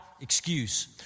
excuse